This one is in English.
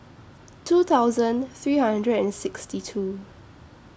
two thousand three hundred and sixty two